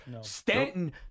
Stanton